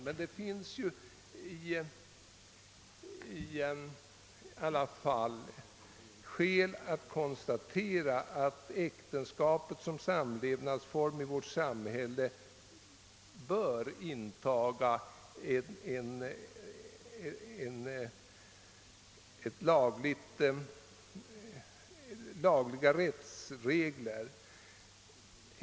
Men det finns i alla fall skäl att konstatera, att äktenskapet som samlevnadsform i vårt samhälle bör iakttaga lagliga rättsregler.